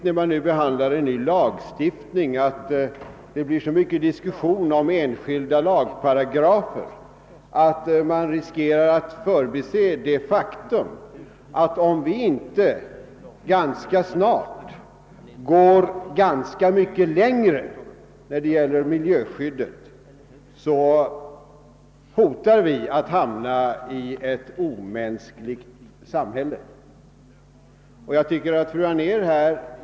När man nu behandlar en ny lagstiftning blir det så mycket diskussion om enskilda lagparagrafer, att man riskerar att förbise det faktum, att om vi inte ganska snart går rätt mycket längre när det gäller miljöskyddet hotas vi av att hamna i ett omänskligt samhälle.